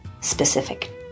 specific